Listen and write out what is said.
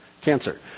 Cancer